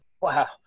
Wow